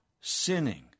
sinning